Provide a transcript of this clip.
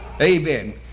Amen